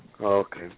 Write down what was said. Okay